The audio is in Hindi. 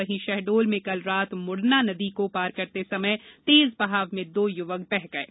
वहीं शहडोल में कल रात मुडना नदी को पार करते समय तेज बहाव में दो युवक बह गये